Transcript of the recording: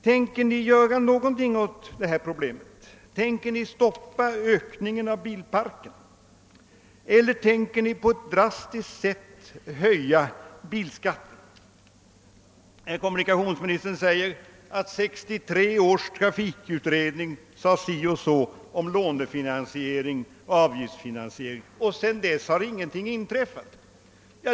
Tänker den göra någonting åt det här problemet? Avser regeringen att stoppa ökningen av bilparken eller tänker den drastiskt höja bilskatterna? Kommunikationsministern framhöll att 1963 års trafikutredning hade sagt si eller så om långivning och avgiftsfinansiering, varefter ingenting inträffat.